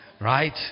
right